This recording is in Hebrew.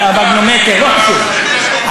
המגנומטר, לא חשוב.